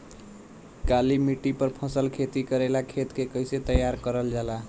काली मिट्टी पर फसल खेती करेला खेत के कइसे तैयार करल जाला?